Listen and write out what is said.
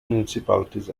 municipalities